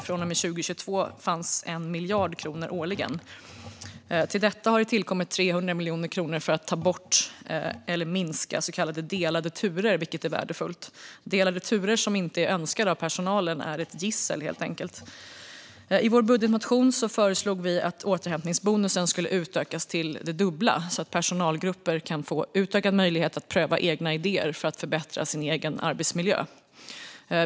Från och med 2022 blev det 1 miljard kronor årligen. Till detta har tillkommit 300 miljoner kronor för att ta bort eller minska så kallade delade turer, och det är värdefullt. Delade turer som inte är önskade av personalen är helt enkelt ett gissel. I vår budgetmotion föreslog vi att återhämtningsbonusen skulle utökas till det dubbla, så att personalgrupper kan få utökad möjlighet att pröva egna idéer för att förbättra sin egen arbetsmiljö.